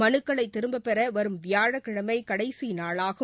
மனுக்களை திரும்பப்பெற வரும் வியாழக்கிழமை கடைசி நாளாகும்